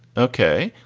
ok.